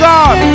God